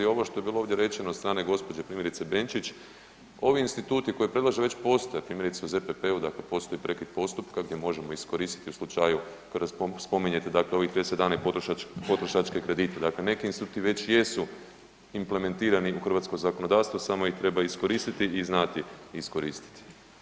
Ovo što je bilo ovdje rečeno od strane gđe. primjerice Benčić, ovi instituti koje predlaže već postoje primjerice u ZPP-u, dakle postoji prekid postupka gdje možemo iskoristit u slučaju kada spominjete dakle ovi … [[Govornik se ne razumije]] i potrošačke kredite, dakle neki instrumenti već jesu implementirani u hrvatsko zakonodavstvo samo ih treba iskoristiti i znati iskoristiti.